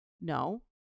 no